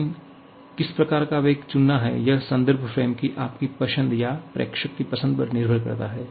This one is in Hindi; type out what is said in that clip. लेकिन किस प्रकार का वेग चुनना है यह संदर्भ फ्रेम की आपकी पसंद या प्रेक्षक की पसंद पर निर्भर करता है